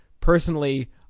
Personally